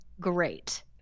Great